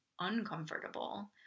uncomfortable